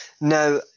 Now